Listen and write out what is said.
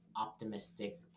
optimistic